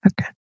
Okay